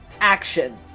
action